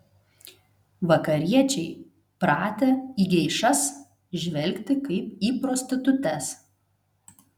vakariečiai pratę į geišas žvelgti kaip į prostitutes